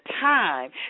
time